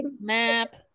map